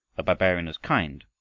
barbarian was kind,